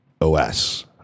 OS